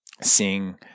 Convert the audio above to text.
seeing